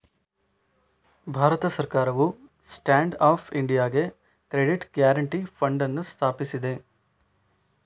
ಭಾರತ ಸರ್ಕಾರವು stand up ಇಂಡಿಯಾಗೆ credit guarantee fund ಅನ್ನು ಸ್ಥಾಪಿಸಿದೆ